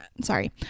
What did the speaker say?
sorry